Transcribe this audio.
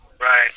Right